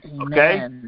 Okay